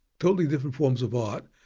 totally different forms of art,